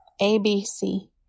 ABC